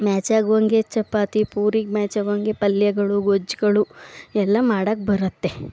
ಮ್ಯಾಚಾಗುವಂತೆ ಚಪಾತಿ ಪೂರಿಗೆ ಮ್ಯಾಚಾಗುವಂತೆ ಪಲ್ಯಗಳು ಗೊಜ್ಜುಗಳು ಎಲ್ಲ ಮಾಡೋಕೆ ಬರುತ್ತೆ